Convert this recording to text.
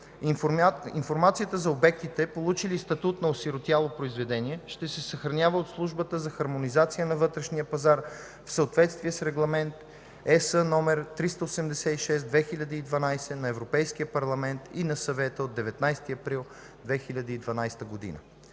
Информацията за обектите, получили статут на „осиротяло” произведение, ще се съхранява от Службата за хармонизация на вътрешния пазар, в съответствие с Регламент (ЕС) № 386/2012 на Европейския парламент и на Съвета от 19 април 2012 г.